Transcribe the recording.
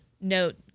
note